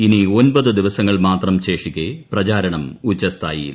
ഇനി ഒൻപത് ദിവസങ്ങൾ മാത്രം ശേഷിക്കെ പ്രചാരണം ഉച്ചസ്ഥായിയിൽ